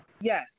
Yes